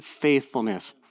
faithfulness